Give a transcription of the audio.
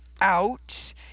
out